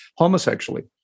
homosexually